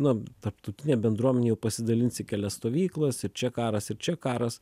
na tarptautinė bendruomenė jau pasidalins į kelias stovyklas ir čia karas ir čia karas